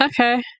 Okay